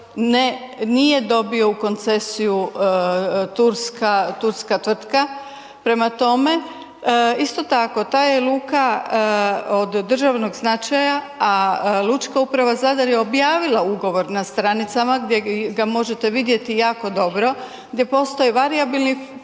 nije dobio u koncesiju turska tvrtka, prema tome, isto tako ta je luka od državnog značaja, a lučka uprav Zadar je objavila ugovor na stranicama, gdje ga možete vidjeti jako dobro, gdje postoje varijabilni